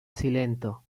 silento